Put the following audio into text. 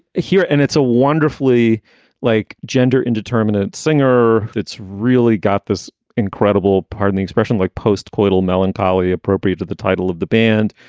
hear and it's a wonderfully like gender indeterminate singer. it's really got this incredible pardon the expression like post-coital melancholy appropriate to the title of the band.